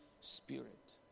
Spirit